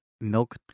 milk